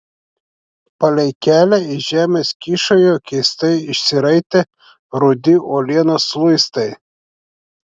palei kelią iš žemės kyšojo keistai išsiraitę rudi uolienos luistai